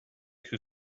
who